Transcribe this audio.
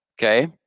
Okay